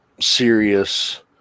serious